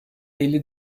elli